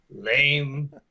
lame